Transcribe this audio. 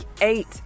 eight